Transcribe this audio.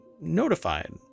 notified